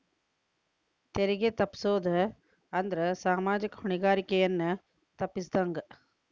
ತೆರಿಗೆ ತಪ್ಪಸೊದ್ ಅಂದ್ರ ಸಾಮಾಜಿಕ ಹೊಣೆಗಾರಿಕೆಯನ್ನ ತಪ್ಪಸಿದಂಗ